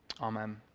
Amen